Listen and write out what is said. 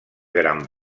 gran